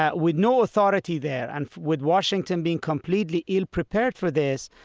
ah with no authority there and with washington being completely ill-prepared for this,